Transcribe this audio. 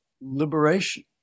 liberation